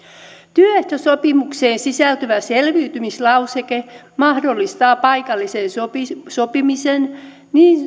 työehtosopimukseen sisältyvä selviytymislauseke mahdollistaa paikallisen sopimisen niin